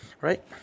Right